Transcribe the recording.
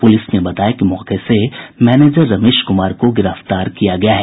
police ने बताया कि मौके से मैनेजर रमेश कुमार को गिरफ्तार किया गया है